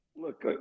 look